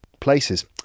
places